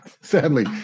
sadly